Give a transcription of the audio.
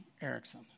Erickson